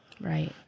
Right